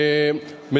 כבוד השרים,